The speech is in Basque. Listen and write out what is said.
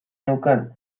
neukan